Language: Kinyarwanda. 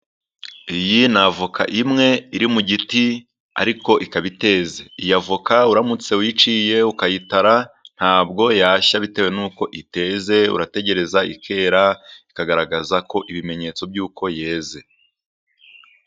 Iyi ni avoka imwe iri mu giti ariko ikaba iteza, iyi avoka uramutse uyiciye ukayitara, ntabwo yashya bitewe n'uko iteze, urategereza ikera ikagaragaza ko ibimenyetso by'uko yeze.